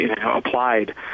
applied